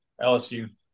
LSU